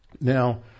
Now